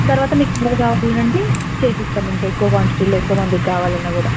తరువాత మీకు ఎక్కువ కావాలి అంటే చేసి ఇస్తాము ఇంకా ఎక్కువ క్వాంటిటీలో ఎక్కువ మందికి కావాలన్నా కూడా